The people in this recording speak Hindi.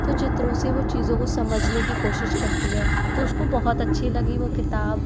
तो चित्रों से वो चीज़ों को समझने की कोशिश करती है तो उसको बहुत अच्छी लगी वो किताब